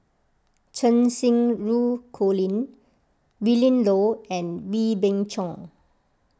Cheng Xinru Colin Willin Low and Wee Beng Chong